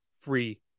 free